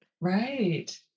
Right